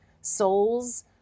souls